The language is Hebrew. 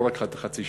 לא רק חצי שעה,